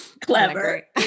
Clever